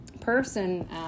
person